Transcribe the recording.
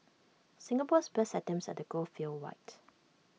Singapore's best attempts at the goal fell wide